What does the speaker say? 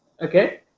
Okay